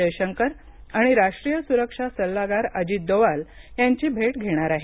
जयशंकर आणि राष्ट्रीय स्रक्षा सल्लागार अजित दोवाल यांची भैट घेणार आहेत